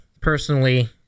personally